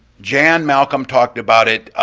jan malcolm talked about it,